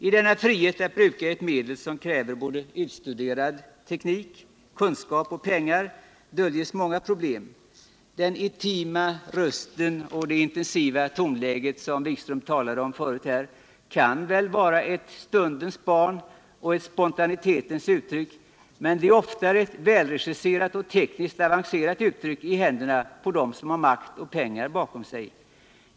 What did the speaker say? I denna frihet att bruka ett medel som kräver utstuderad teknik, kunskap och pengar döljs många problem. Den intima rösten och det intensiva tonläget, som herr Wikström talade om förut här, kan vara ett stundens barn och ett spontanitetens uttryck — men det är oftare ett välregisserat och tekniskt avancerat medel i händerna på dem som har makt och pengar bakom sig.